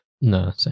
No